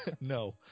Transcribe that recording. No